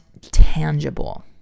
tangible